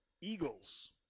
Eagles